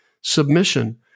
submission